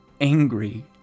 angry